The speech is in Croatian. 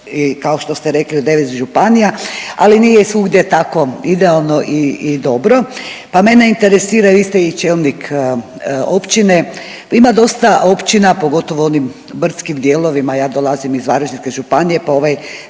kao što ste rekli u 9 županija, ali nije svugdje tako idealno i dobro, pa mene interesiraju isto i čelnik općine. Pa ima dosta općina, pogotovo u onim brdskim dijelovima, ja dolazim iz Varaždinske županije, pa ovaj